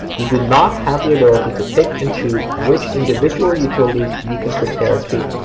you do not have the ability to pick and choose which individual utilities you can compare to,